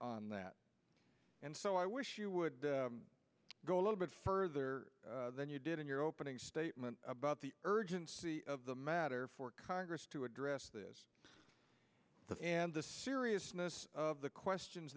on that and so i wish you would go a little bit further than you did in your opening statement about the urgency of the matter for congress to address this and the seriousness of the questions